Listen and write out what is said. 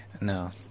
No